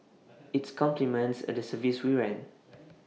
IT complements the service we run